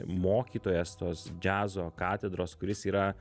mokytojas tos džiazo katedros kuris yra